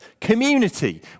Community